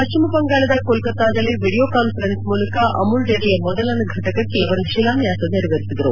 ಪಶ್ಚಿಮ ಬಂಗಾಳದ ಕೊಲ್ಕತ್ತಾದಲ್ಲಿ ವಿಡಿಯೋ ಕಾನ್ಪರೆನ್ಸ್ ಮೂಲಕ ಅಮೂಲ್ ಡೇರಿಯ ಮೊದಲನೇ ಫಟಕಕ್ಕೆ ಅವರು ಶಿಲಾನ್ಯಾಸ ನೆರವೇರಿಸಿದರು